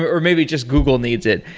or maybe just google needs it.